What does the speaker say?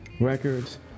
records